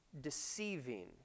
deceiving